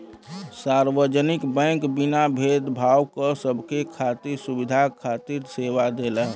सार्वजनिक बैंक बिना भेद भाव क सबके खातिर सुविधा खातिर सेवा देला